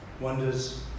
wonders